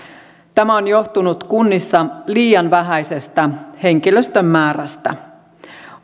tämä on johtunut kunnissa liian vähäisestä henkilöstön määrästä